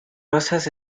rosas